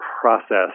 process